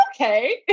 okay